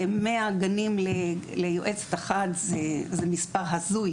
100 גנים ליועצת אחת זה מספר הזוי,